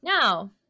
Now